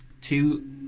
Two